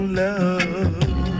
love